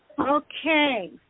Okay